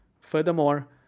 Furthermore